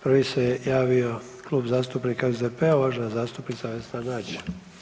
Prvi se javio Klub zastupnika SDP-a, uvažena zastupnica Vesna Nađ.